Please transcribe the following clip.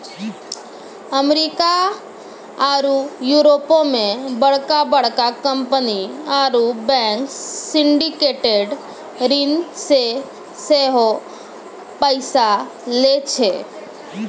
America आरु यूरोपो मे बड़का बड़का कंपनी आरु बैंक सिंडिकेटेड ऋण से सेहो पैसा लै छै